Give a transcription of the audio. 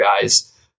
guys